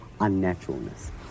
unnaturalness